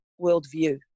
worldview